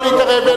לא להתערב.